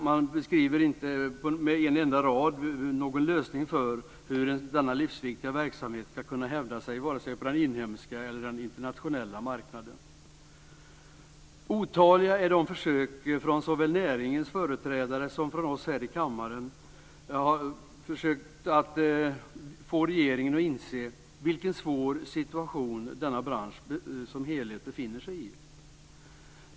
Man beskriver inte med en enda rad hur denna livsviktiga verksamhet ska kunna hävda sig vare sig på den inhemska eller den internationella marknaden. Otaliga är de försök som såväl näringens företrädare som vi här i kammaren gjort för att få regeringen att inse vilken svår situation denna bransch som helhet befinner sig i.